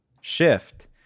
shift